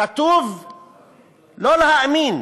כתוב, לא להאמין,